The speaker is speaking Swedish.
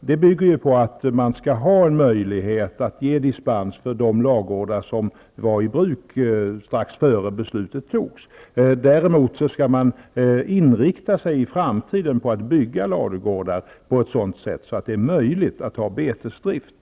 Det bygger på att det skall finnas en möjlighet att ge dispens för de ladugårdar som var i bruk strax innan beslutet fattades. Däremot skall man i framtiden inrikta sig på att bygga ladugårdar på sådant sätt att det är möjligt att ha betesdrift.